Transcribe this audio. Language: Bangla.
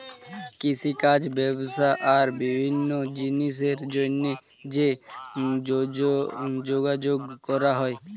কৃষিকাজ, ব্যবসা আর বিভিন্ন জিনিসের জন্যে যে যোগাযোগ করা হয়